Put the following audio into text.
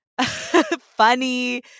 funny